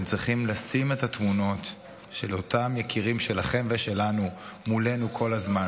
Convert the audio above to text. אתם צריכים לשים את התמונות של אותם יקירים שלכם ושלנו מולנו כל הזמן.